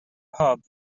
pub